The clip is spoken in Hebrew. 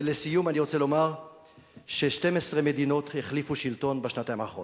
ולסיום אני רוצה לומר ש-12 מדינות החליפו שלטון בשנתיים האחרונות.